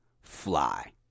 fly